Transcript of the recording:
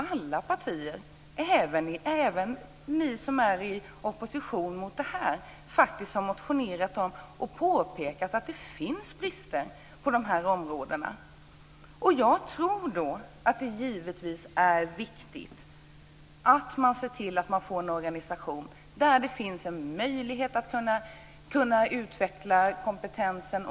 Alla partier - även ni som är i opposition - har motionerat om detta och påpekat att det finns brister på dessa områden. Det är då viktigt att se till att man får en organisation som gör det möjligt att utveckla kompetensen.